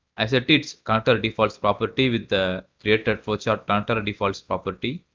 i set its connectordefaults property with the created flowchartconnectordefaults property.